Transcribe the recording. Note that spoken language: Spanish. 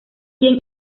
quien